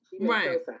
Right